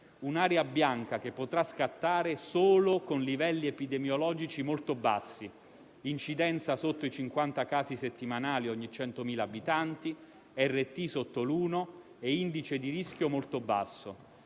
un'area bianca, che potrà scattare solo con livelli epidemiologici molto bassi (incidenza sotto i 50 casi settimanali ogni 100.000 abitanti, RT sotto 1 e indice di rischio basso).